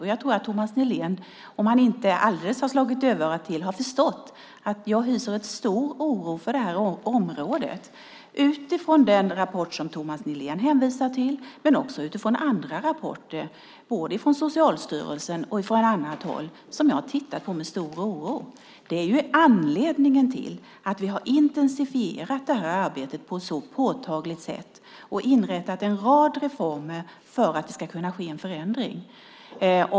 Och jag tror att Thomas Nihlén, om han inte alldeles har slagit dövörat till, har förstått att jag hyser en stor oro på det här området utifrån den rapport som Thomas Nihlén hänvisar till men också utifrån andra rapporter, både från Socialstyrelsen och från annat håll. Vi har intensifierat det här arbetet på ett påtagligt sätt och inrättat en rad reformer för att det ska kunna ske en förändring.